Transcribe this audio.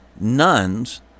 nuns